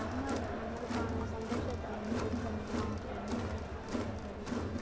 நம்ம நம்மளுக்கான சந்தோஷத்தை வந்து கொடுக்கிற நேரம் அப்படின்னு வந்து நம்ம வந்து அதை சொல்லிக்கலாம்